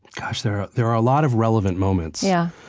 gosh, there there are a lot of relevant moments. yeah